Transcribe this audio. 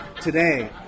today